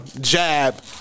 jab